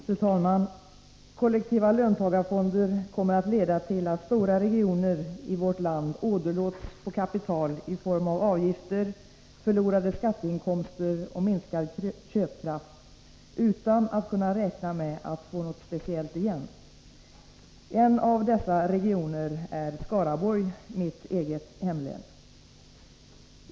Fru talman! Kollektiva löntagarfonder kommer att leda till att stora regioner i vårt land åderlåts på kapital i form av avgifter, förlorade skatteinkomster och minskad köpkraft, utan att kunna räkna med att få något speciellt igen. En av dessa regioner är Skaraborg — mitt eget hemlän.